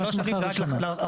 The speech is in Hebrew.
אז שלוש שנים זה רק לחדש?